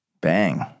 bang